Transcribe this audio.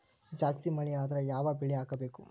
ಜಾಸ್ತಿ ಮಳಿ ಆದ್ರ ಯಾವ ಬೆಳಿ ಹಾಕಬೇಕು?